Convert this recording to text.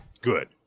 good